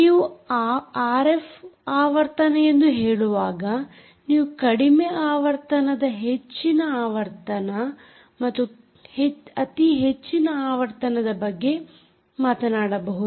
ನೀವು ಆರ್ಎಫ್ ಆವರ್ತನ ಎಂದು ಹೇಳುವಾಗ ನೀವು ಕಡಿಮೆ ಆವರ್ತನ ಹೆಚ್ಚಿನ ಆವರ್ತನ ಮತ್ತು ಅತಿ ಹೆಚ್ಚಿನ ಆವರ್ತನದ ಬಗ್ಗೆ ಮಾತನಾಡಬಹುದು